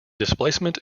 displacement